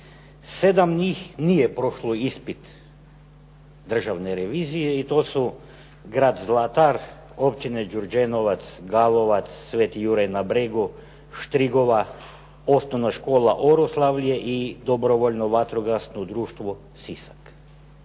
7 njih nije prošlo ispit državne revizije i to su grad Zlatar, Općine Đurđenovac, Galovac, Sveti Juraj na Bregu, Štrigova, Osnovna Škola Oroslavje i Dobrovoljno vatrogasno društvo Sisak.